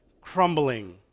crumbling